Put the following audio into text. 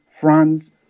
France